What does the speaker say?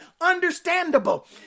understandable